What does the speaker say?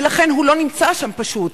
ולכן, הוא לא נמצא שם פשוט.